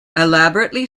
elaborately